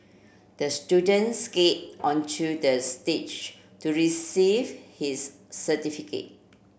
the student skated onto the stage to receive his certificate